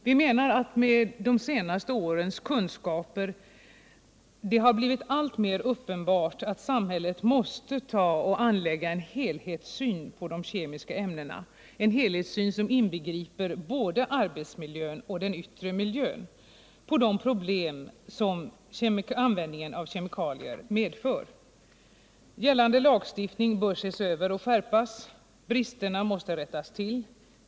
Vi menar att det med de senaste årens kunskaper har blivit alltmer uppenbart att samhället måste anlägga en helhetssyn — en helhetssyn som inbegriper både arbetsmiljön och den yttre miljön — på de kemiska ämnena och på de problem som användningen av kemikalier medför. Gällande lagstiftning bör ses över och skärpas. Bristerna måste rättas till.